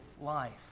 life